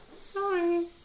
Sorry